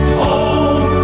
home